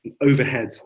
overhead